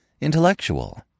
intellectual